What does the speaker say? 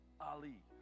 Ali